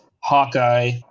Hawkeye